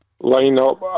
line-up